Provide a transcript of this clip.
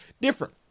different